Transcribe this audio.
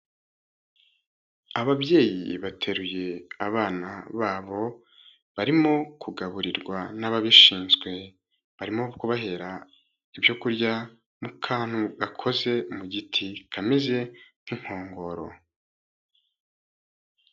Ababyeyi bateruye abana babo barimo kugaburirwa n'ababishinzwe, barimo kubahera ibyoku kurya mu kantu gakoze mu giti kameze nk'inkongoro.